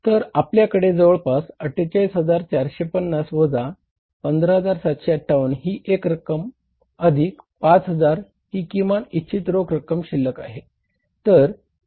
तर आपल्याकडे जवळजवळ 48450 वजा 15758 ही एक रक्कम अधिक 5000 ही किमान ईच्छित रोख रक्कम शिल्लक आहे